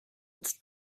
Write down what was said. its